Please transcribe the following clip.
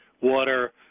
Water